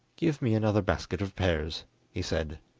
give me another basket of pears he said.